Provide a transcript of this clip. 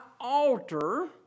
alter